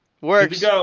works